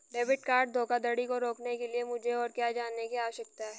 Debit card धोखाधड़ी को रोकने के लिए मुझे और क्या जानने की आवश्यकता है?